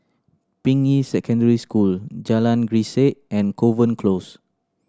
Ping Yi Secondary School Jalan Grisek and Kovan Close